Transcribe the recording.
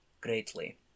greatly